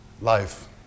life